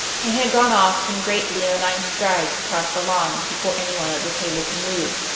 and had gone off in great leonine strides across the lawn before anyone at the table could move.